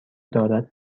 دارد